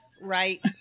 Right